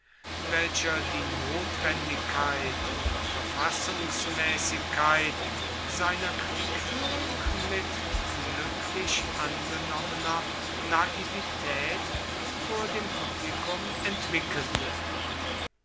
welcher die notwendigkeit und verfassungsmäßigkeit seiner kriegführung mit glücklich angenommener naivität vor dem publikum entwickelte